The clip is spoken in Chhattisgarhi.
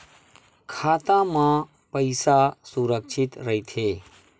खाता मा पईसा सुरक्षित राइथे?